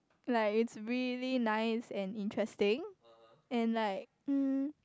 like it's really nice and interesting and like um